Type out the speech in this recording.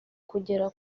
kugera